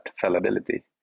fallibility